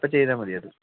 അപ്പൊൾ ചെയ്താൽ മതിയത്